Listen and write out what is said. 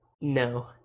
no